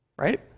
Right